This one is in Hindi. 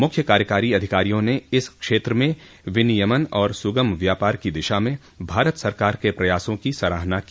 मुख्य कार्यकारी अधिकारियों ने इस क्षेत्र में विनियमन और सुगम व्यापार की दिशा में भारत सरकार के प्रयासों की सराहना की